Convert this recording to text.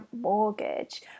mortgage